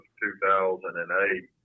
2008